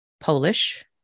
polish